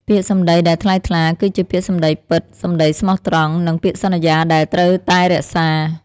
ពាក្យសម្ដីដែលថ្លៃថ្លា គឺជាពាក្យសម្ដីពិត សម្ដីស្មោះត្រង់ និងពាក្យសន្យាដែលត្រូវតែរក្សា។